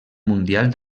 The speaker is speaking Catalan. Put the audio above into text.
mundial